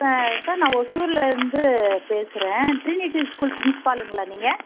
எ sir நான் ஒசூர்லேருந்து பேசுகிறேன் ட்ரினிட்டி ஸ்கூல் ப்ரின்ஸ்பாலுங்களா நீங்கள்